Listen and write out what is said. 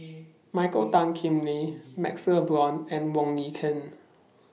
Michael Tan Kim Nei MaxLe Blond and Wong Lin Ken